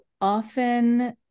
often